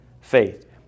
faith